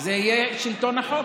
זה יהיה שלטון החוק.